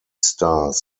stars